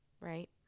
Right